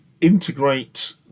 integrate